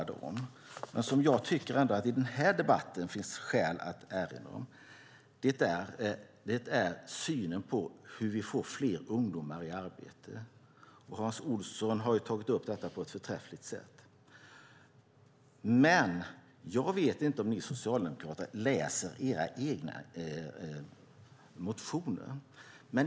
Det andra som Löfven inte talade om men som det finns skäl att erinra om i den här debatten är synen på hur vi får fler ungdomar i arbete. Hans Olsson har tagit upp detta på ett förträffligt sätt. Jag vet inte om ni socialdemokrater läser era egna motioner.